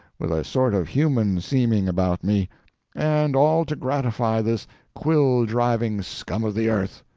with a sort of human seeming about me and all to gratify this quill-driving scum of the earth!